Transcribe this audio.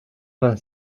vingt